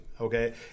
okay